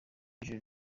ijuru